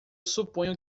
suponho